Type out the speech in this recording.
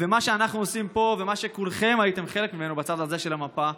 ומה שאנחנו עושים פה ומה שכולכם הייתם חלק ממנו בצד הזה של המפה,